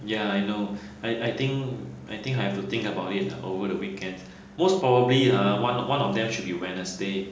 ya I know I I think I think I have to think about it lah over the weekend most probably ha one o~ one of them should be wednesday